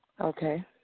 Okay